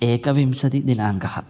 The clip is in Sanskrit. एकविंशतिदिनाङ्कः